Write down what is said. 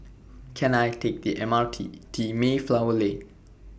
Can I Take The M R T T Mayflower Lane